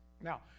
Now